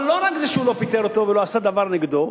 אבל לא רק שהוא לא פיטר אותו ולא עשה דבר נגדו.